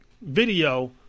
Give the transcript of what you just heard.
video